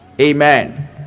Amen